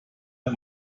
der